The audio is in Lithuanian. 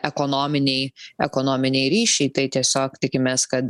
ekonominiai ekonominiai ryšiai tai tiesiog tikimės kad